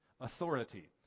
authority